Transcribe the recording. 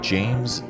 James